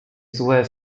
złe